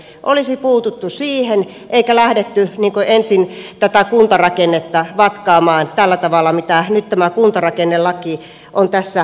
olisi puututtu siihen eikä lähdetty ensin tätä kuntarakennetta vatkaamaan tällä tavalla kuin nyt tämä kuntarakennelaki on tässä tekemässä